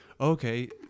okay